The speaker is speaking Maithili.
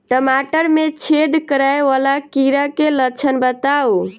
टमाटर मे छेद करै वला कीड़ा केँ लक्षण बताउ?